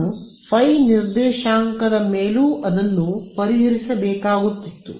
ನಾನು ϕ ನಿರ್ದೇಶಾಂಕದ ಮೇಲೂ ಅದನ್ನು ಪರಿಹರಿಸಬೇಕಾಗುತ್ತಿತ್ತು